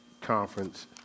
conference